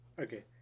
Okay